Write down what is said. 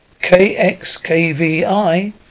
KXKVI